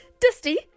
dusty